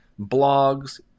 blogs